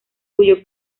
cuyo